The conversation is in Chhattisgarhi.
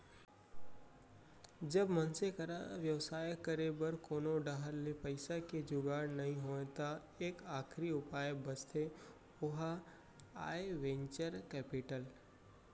जब मनसे करा बेवसाय करे बर कोनो डाहर ले पइसा के जुगाड़ नइ होय त एक आखरी उपाय बचथे ओहा आय वेंचर कैपिटल